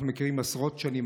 אנחנו מכירים עשרות שנים,